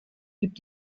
gibt